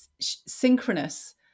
synchronous